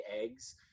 eggs